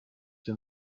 denn